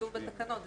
כתוב בתקנות.